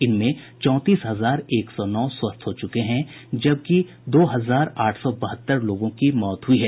इनमें चौंतीस हजार एक सौ नौ मरीज स्वस्थ हो चुके हैं जबकि दो हजार आठ सौ बहत्तर लोगों की मृत्यु हुई है